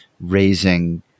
raising